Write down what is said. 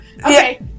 Okay